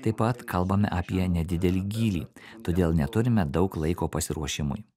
taip pat kalbame apie nedidelį gylį todėl neturime daug laiko pasiruošimui